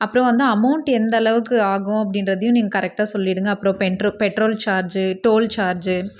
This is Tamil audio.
அப்புறம் வந்து அமௌண்ட் எந்த அளவுக்கு ஆகும் அப்படின்றதையும் நீங்கள் கரெக்டாக சொல்லிவிடுங்க அப்புறம் பென்ட்ரோ பெட்ரோல் சார்ஜு டோல் சார்ஜு